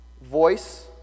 voice